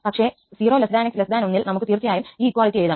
പക്ഷേ 0 𝑥 1 ൽ നമുക്ക് തീർച്ചയായും ഈ ഇക്വാളിറ്റി എഴുതാം